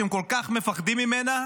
שהם כל כך מפחדים ממנה,